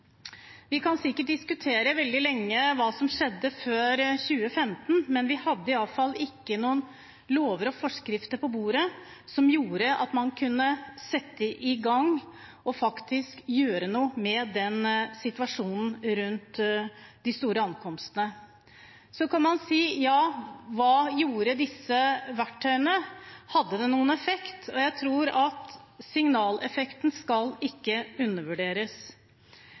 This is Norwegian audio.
Vi kan sikkert diskutere veldig lenge hva som skjedde før 2015, men vi hadde iallfall ingen lover og forskrifter på bordet som gjorde at man kunne sette i gang og faktisk gjøre noe med den situasjonen rundt de store ankomstene. Så kan man si: Ja, hva gjorde disse verktøyene, hadde de noen effekt? Jeg mener at signaleffekten ikke skal undervurderes,